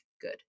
Good